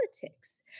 politics